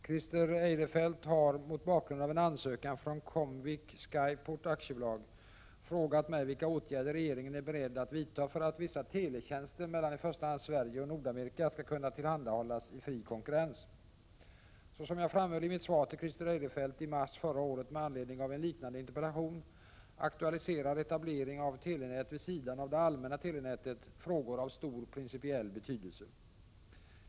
Herr talman! Christer Eirefelt har, mot bakgrund av en ansökan från Comvik Skyport AB, frågat mig vilka åtgärder regeringen är beredd att vidta för att vissa teletjänster mellan i första hand Sverige och Nordamerika skall kunna tillhandahållas i fri konkurrens. Såsom jag framhöll i mitt svar till Christer Eirefelt i mars förra året med anledning av en liknande interpellation aktualiserar etablering av telenät vid sidan av det allmänna telenätet frågor av stor principiell betydelse.